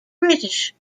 british